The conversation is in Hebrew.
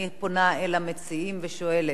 אני פונה אל המציעים ושואלת: